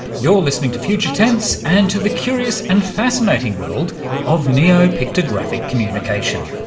you're listening to future tense and to the curious and fascinating world of neo-pictographic communication.